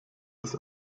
des